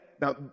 now